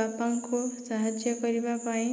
ବାପାଙ୍କୁ ସାହାଯ୍ୟ କରିବାପାଇଁ